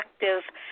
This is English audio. effective